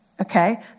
Okay